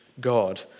God